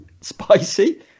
Spicy